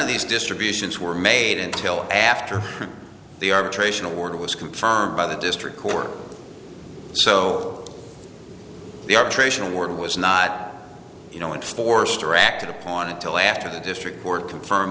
of these distributions were made until after the arbitration award was confirmed by the district court so the arbitration award was not you know enforced or acted upon until after the district court confirm